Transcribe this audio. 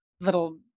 little